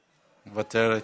מוותרת,